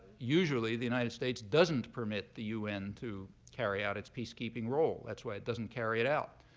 usually, the united states doesn't permit the un to carry out its peacekeeping role. that's why it doesn't carry it out.